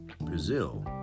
Brazil